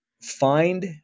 find